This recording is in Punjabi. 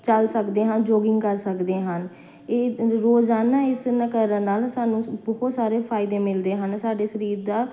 ਚੱਲ ਸਕਦੇ ਹਨ ਜੌਗਿੰਗ ਕਰ ਸਕਦੇ ਹਨ ਇਹ ਰੋਜ਼ਾਨਾ ਇਸ ਨਾਲ ਕਰਨ ਨਾਲ ਸਾਨੂੰ ਬਹੁਤ ਸਾਰੇ ਫਾਇਦੇ ਮਿਲਦੇ ਹਨ ਸਾਡੇ ਸਰੀਰ ਦਾ